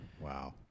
Wow